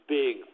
big